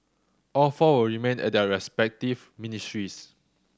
all four will remain at their respective ministries